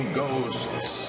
ghosts